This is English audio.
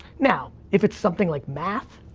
now, if it's something like math,